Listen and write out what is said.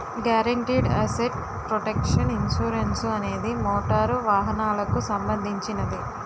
guaranteed asset protection insurance అనేది motor వాహనాలకు సంబంధించినది